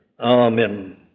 Amen